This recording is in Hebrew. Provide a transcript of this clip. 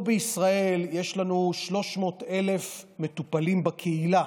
פה בישראל יש לנו 300,000 מטופלים בקהילה,